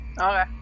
Okay